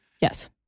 Yes